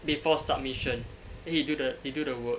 before submission then he do the he do the work